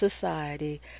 society